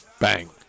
Bang